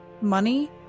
money